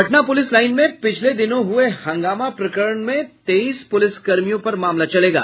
Patna police line में पिछले दिनों हुए हंगामा प्रकरण में तेईस पुलिसकर्मियों पर मामला चलेगा